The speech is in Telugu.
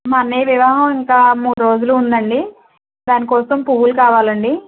మా అన్నయ వివాహం ఇంకా మూడు రోజుల్లో ఉందండి దానికోసం పువ్వులు కావాలండి